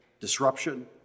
Disruption